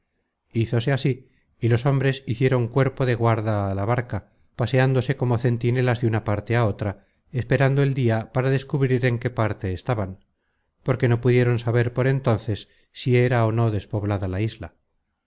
hízose así y los hombres hicieron cuerpo de guarda á la barca paseándose como centinelas de una parte á otra esperando el dia para descubrir en qué parte estaban porque no pudieron saber por entonces si era ó no despoblada la isla